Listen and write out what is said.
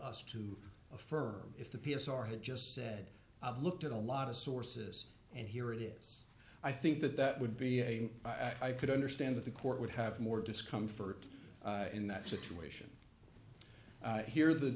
us to affirm if the p s r had just said i've looked at a lot of sources and here it is i think that that would be a i could understand that the court would have more discomfort in that situation here the